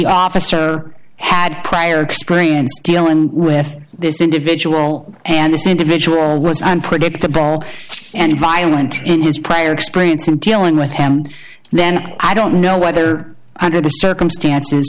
officer had prior experience dealing with this individual and this individual was unpredictable and violent in his prior experience in dealing with him then i don't know whether under the circumstances